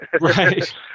Right